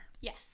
yes